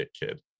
kid